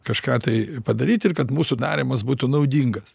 kažką tai padaryti ir kad mūsų darymas būtų naudingas